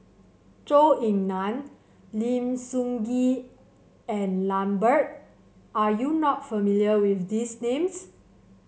Zhou Ying Nan Lim Sun Gee and Lambert are you not familiar with these names